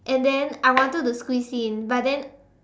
and then I wanted to squeeze in but then